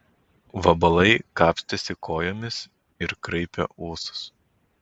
vabalai kapstėsi kojomis ir kraipė ūsus